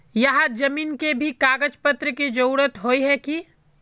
यहात जमीन के भी कागज पत्र की जरूरत होय है की?